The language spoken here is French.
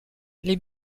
les